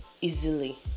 easily